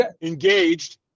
engaged